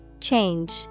Change